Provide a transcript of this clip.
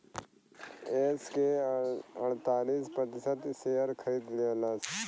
yes के अड़तालीस प्रतिशत शेअर खरीद लेलस